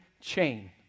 chain